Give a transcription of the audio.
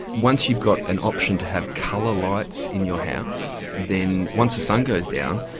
once you've got an option to have coloured lights in your house, then once the sun goes down,